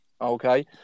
okay